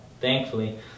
thankfully